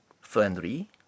friendly